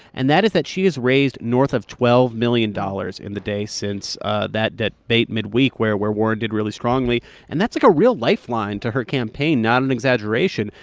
and that is that she has raised north of twelve million dollars in the day since ah that that debate midweek where where warren did really strongly and that's like a real lifeline to her campaign not an exaggeration.